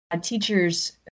teachers